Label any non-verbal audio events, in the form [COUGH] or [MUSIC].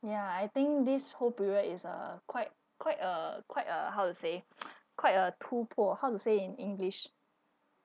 ya I think this whole period is uh quite quite uh quite uh how to say [NOISE] quite uh how to say in english